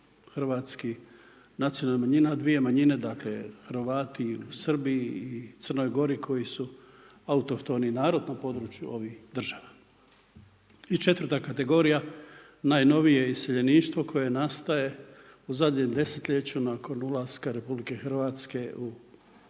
hrvatskih nacionalnih manjina, dvije manjine dakle Hrvati u Srbiji i Crnoj Gori koji su autohtoni narod na području ovih država. I četvrta kategorija, najnovije iseljeništvo koje nastaje u zadnjem desetljeću nakon ulaska Republike Hrvatske u Europsku